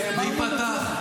וייפתח,